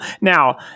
Now